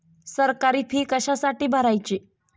सरकारी फी कशासाठी भरायची